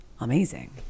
amazing